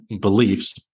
beliefs